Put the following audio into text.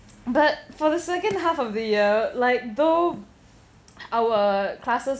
but for the second half of the year like though our classes